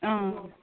অঁ